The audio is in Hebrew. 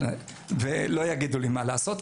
ולא יגידו לי מה לעשות.